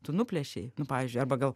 tu nuplėšei nu pavyzdžiui arba gal